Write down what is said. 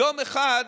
יום אחד,